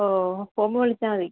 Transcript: ഓ പോവുമ്പോൾ വിളിച്ചാൽ മതി